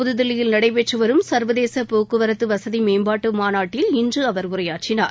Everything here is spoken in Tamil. புத்தில்லியில் நடைபெற்று வரும் சள்வதேச போக்குவரத்து வசதி மேம்பாட்டு மாநாட்டில் இன்று அவர் உரையாற்றினார்